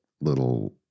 little –